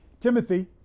Timothy